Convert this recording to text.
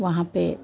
वहाँ पर